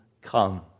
come